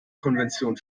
konvention